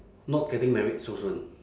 not getting married so soon